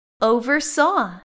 oversaw